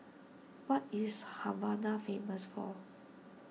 what is Havana famous for